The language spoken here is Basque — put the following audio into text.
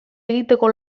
egiteko